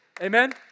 Amen